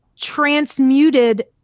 transmuted